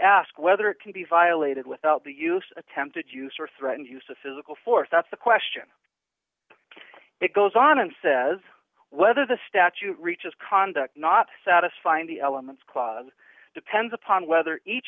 ask whether it can be violated without the use of attempted use or threatened use of physical force that's the question it goes on and says whether the statute reaches conduct not satisfying the elements clause depends upon whether each